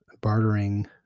bartering